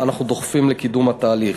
ואנחנו דוחפים לקידום התהליך.